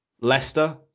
Leicester